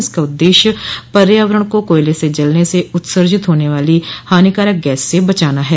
इसका उद्देश्य पर्यावरण को कोयले के जलने से उत्सर्जित होने वाली हानिकारक गैस से बचाना है